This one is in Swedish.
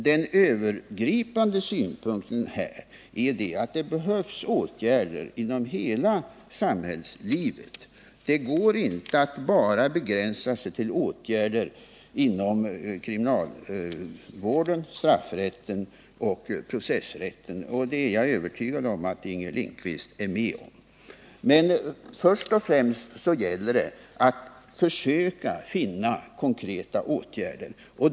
Den övergripande synpunkten är att det behövs åtgärder inom hela samhällslivet — det går inte att bara begränsa sig till åtgärder inom kriminalvården, straffrätten och processrätten. Detta är jag övertygad om att Inger Lindquist håller med mig om. Men först och främst gäller det att försöka finna godtagbara konkreta åtgärder.